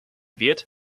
wird